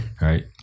Right